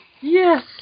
yes